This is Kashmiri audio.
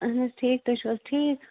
اہن حظ ٹھیٖک تُہۍ چھُو حظ ٹھیٖک